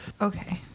Okay